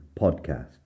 podcast